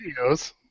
videos